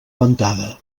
ventada